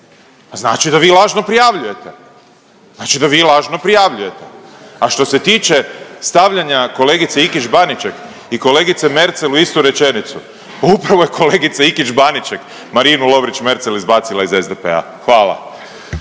znači da vi lažno prijavljujete, znači da vi lažno prijavljujete. A što se tiče stavljanja kolegice Ikić Baniček i kolegice Merzel u istu rečenicu, upravo je kolegica Ikić Baniček, Marinu Lovrić Merzel izbacila iz SDP-a, hvala.